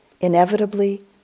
inevitably